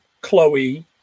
Chloe